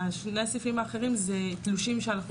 השני הסעיפים האחרים אלו תלושים שאנחנו